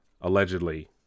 allegedly